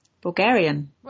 Bulgarian